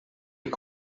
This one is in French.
est